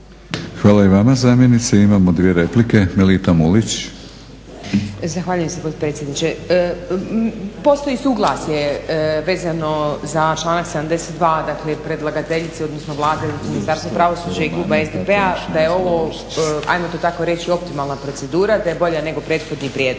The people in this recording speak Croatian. Hvala i vama zamjenice. Imamo dvije replike. Melita Mulić. **Mulić, Melita (SDP)** Zahvaljujem se potpredsjedniče. Postoji suglasje vezano za članak 72., dakle predlagateljice odnosno Vlade … Ministarstva pravosuđa i kluba SDP-a da je ovo, ajmo to tako reći, optimalna procedura, da je bolja nego prethodni prijedlog.